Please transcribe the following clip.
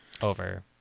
over